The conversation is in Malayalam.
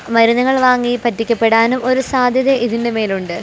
മരുന്നുകൾ വാങ്ങി പറ്റിക്കപ്പെടാനും ഒരു സാദ്ധ്യത ഇതിൻ്റെ മേലുണ്ട്